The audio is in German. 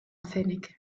pfennig